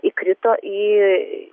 įkrito į